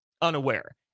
unaware